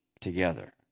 together